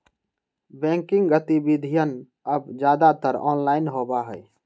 banking गतिविधियन अब ज्यादातर ऑनलाइन होबा हई